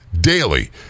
daily